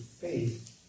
faith